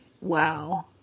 Wow